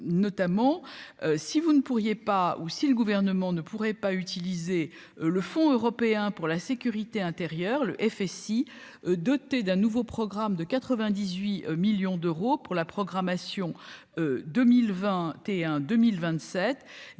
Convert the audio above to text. notamment, si vous ne pourriez pas ou si le gouvernement ne pourrait pas utiliser le fonds européen pour la sécurité intérieure, le FSI doté d'un nouveau programme de 98 millions d'euros pour la programmation 2021 2027